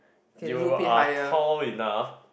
you are tall enough